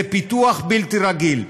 זה פיתוח בלתי רגיל.